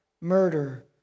murder